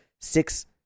six